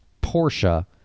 portia